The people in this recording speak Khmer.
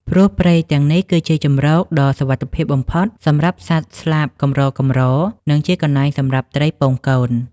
ព្រោះព្រៃទាំងនេះគឺជាជម្រកដ៏សុវត្ថិភាពបំផុតសម្រាប់សត្វស្លាបកម្រៗ និងជាកន្លែងសម្រាប់ត្រីពងកូន។